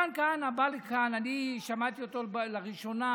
מתן כהנא בא לכאן, אני שמעתי אותו לראשונה,